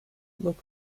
look